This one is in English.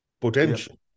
potential